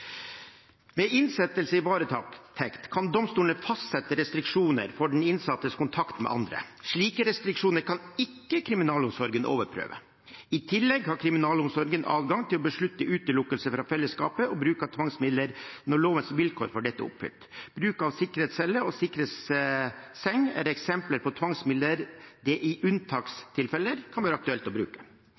med andre. Slike restriksjoner kan ikke kriminalomsorgen overprøve. I tillegg har kriminalomsorgen adgang til å beslutte utelukkelse fra fellesskapet og bruk av tvangsmidler når lovens vilkår for dette er oppfylt. Bruk av sikkerhetscelle og sikkerhetsseng er eksempler på tvangsmidler det i unntakstilfeller kan være aktuelt å bruke.